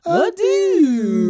adieu